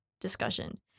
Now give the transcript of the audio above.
discussion